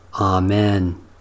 Amen